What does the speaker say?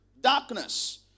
darkness